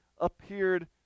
appeared